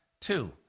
two